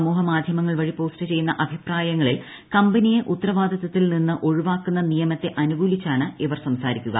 സമൂഹ മാധ്യമങ്ങൾ വഴി പോസ്റ്റ് ചെയ്യുന്ന അഭിപ്രായങ്ങളിൽ കമ്പനിയെ ഉത്തരവാദിത്തത്തിൽ നിന്ന് ഒഴിവാക്കുന്ന നിയമത്തെ അനുകൂലിച്ചാണ് ഇവർ സംസാരിക്കുക